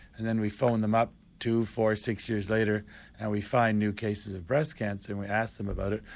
and then we phone them up two, four, six years later, and we find new cases of breast cancer, and we ask them about it.